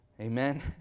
Amen